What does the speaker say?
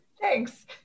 Thanks